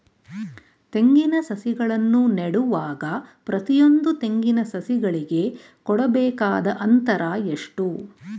ತೆಂಗಿನ ಸಸಿಗಳನ್ನು ನೆಡುವಾಗ ಪ್ರತಿಯೊಂದು ತೆಂಗಿನ ಸಸಿಗಳಿಗೆ ಕೊಡಬೇಕಾದ ಅಂತರ ಎಷ್ಟು?